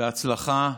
בהצלחה.